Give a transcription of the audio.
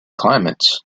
climates